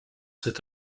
cet